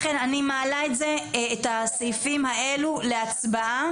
אני מהחברה להגנת הטבע.